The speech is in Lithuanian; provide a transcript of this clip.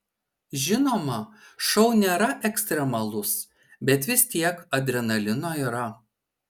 žinoma šou nėra ekstremalus bet vis tiek adrenalino yra